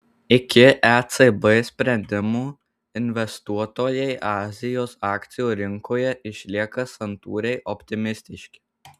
iki ecb sprendimo investuotojai azijos akcijų rinkoje išlieka santūriai optimistiški